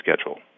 schedule